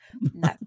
No